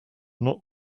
not